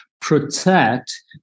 protect